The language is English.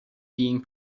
being